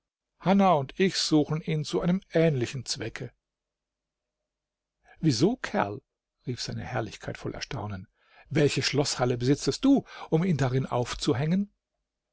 hanna und ich suchen ihn zu einem ähnlichen zwecke wieso kerl rief se herrlichkeit voll erstaunen welche schloßhalle besitzest du um ihn darin aufzuhängen